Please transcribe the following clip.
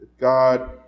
God